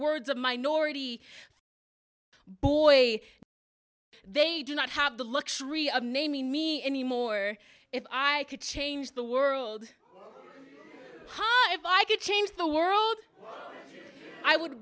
words of minority boy they do not have the luxury of naming me anymore if i could change the world if i could change the world i would